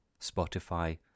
Spotify